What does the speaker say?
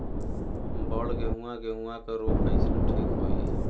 बड गेहूँवा गेहूँवा क रोग कईसे ठीक होई?